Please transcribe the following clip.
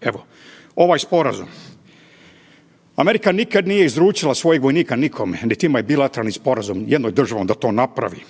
Evo, ovaj sporazum. Amerika nikad nije izručila svojeg vojnika nikome .../Govornik se ne razumije./... sporazum jednom državom da to napravi,